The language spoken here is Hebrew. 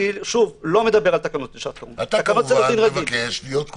כנראה גם